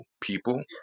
people